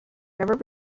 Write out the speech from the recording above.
never